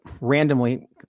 randomly